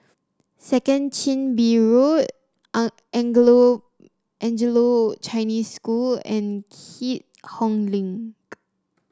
Second Chin Bee Road Anglo Chinese School and Keat Hong Link